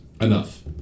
enough